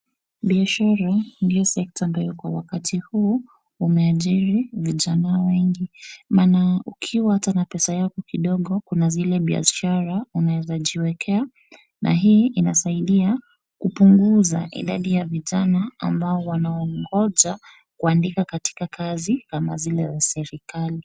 Biashara ndio sekta ambayo kwa wakati huu umeajiri vijana wengi. Maana ukiwa ata na pesa yako kidogo kuna zile biashara unaweza jiwekea na hii inasaidia kupunguza idadi ya vijana ambao wanaongoja kuandikwa katika kazi kama zile za serikali.